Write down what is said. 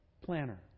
planner